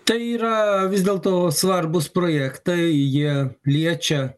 tai yra vis dėlto svarbūs projektai jie liečia